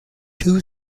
two